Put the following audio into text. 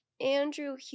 Andrew